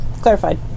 Clarified